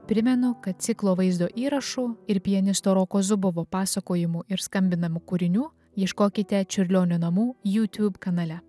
primenu kad ciklo vaizdo įrašų ir pianisto roko zubovo pasakojimų ir skambinamų kūrinių ieškokite čiurlionio namų jutub kanale